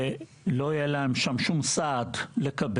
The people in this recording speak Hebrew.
ולא יהיה להם שם שום סעד לקבל.